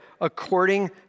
according